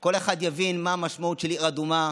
כל אחד יבין מה המשמעות של עיר אדומה,